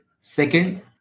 Second